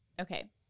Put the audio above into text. Okay